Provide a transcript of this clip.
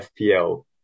FPL